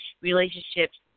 relationships